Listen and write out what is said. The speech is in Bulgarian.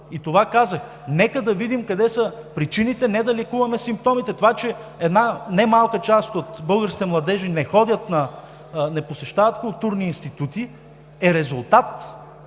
И това казах: нека да видим къде са причините, а не да лекуваме симптомите. Това, че една немалка част от българските младежи не посещават културни институти е резултат